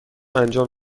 انجام